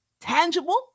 tangible